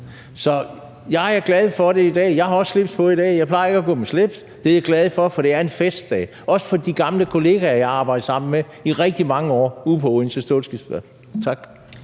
jeg er glad for det i dag. Jeg har også slips på i dag; jeg plejer ikke at gå med slips. Det er jeg glad for, for det er en festdag, også for de gamle kolleger, jeg arbejdede sammen med i rigtig mange år ude på Odense Staalskibsværft. Tak.